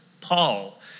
Paul